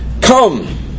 Come